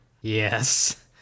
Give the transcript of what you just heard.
yes